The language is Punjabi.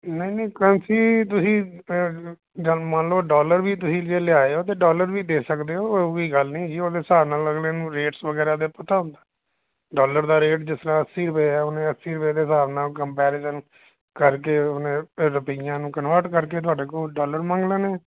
ਨਹੀਂ ਨਹੀਂ ਕਰੰਸੀ ਤੁਸੀਂ ਮੰਨ ਲਉ ਡਾਲਰ ਵੀ ਤੁਸੀਂ ਜੇ ਲਿਆਏ ਹੋ ਤਾਂ ਡਾਲਰ ਵੀ ਦੇ ਸਕਦੇ ਹੋ ਉਹ ਕੋਈ ਗੱਲ ਨਹੀਂ ਹੈਗੀ ਉਹਦੇ ਹਿਸਾਬ ਨਾਲ ਮੈਨੂੰ ਰੇਟਸ ਵਗੈਰਾ ਤਾਂ ਪਤਾ ਹੁੰਦਾ ਡਾਲਰ ਦਾ ਰੇਟ ਜਿਸ ਤਰ੍ਹਾਂ ਅੱਸੀ ਰੁਪਏ ਆ ਉਹਨੇ ਅੱਸੀ ਰੁਪਏ ਦੇ ਹਿਸਾਬ ਨਾਲ ਕੰਪੈਰੀਜ਼ਨ ਕਰਕੇ ਉਹਨੇ ਰੁਪਈਆ ਨੂੰ ਕਨਵਰਟ ਕਰਕੇ ਤੁਹਾਡੇ ਕੋਲ ਡਾਲਰ ਮੰਗ ਲੈਣੇ ਆ